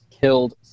killed